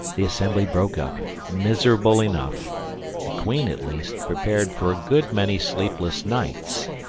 the assembly broke up, miserable enough the queen, at least, prepared for a good many sleepless nights,